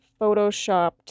photoshopped